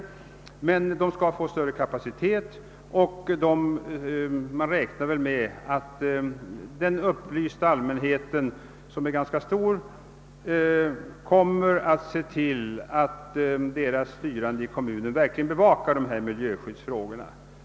Kommunerna skall alltså få större kapacitet, och man räknar med att den upplysta allmänheten — som är ganska stor — kommer att se till att de styrande i kommunen verkligen bevakar dessa miljöskyddsfrågor.